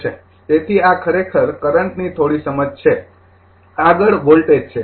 તેથી આ ખરેખર કરંટની થોડી સમજ છે આગળ વોલ્ટેજ છે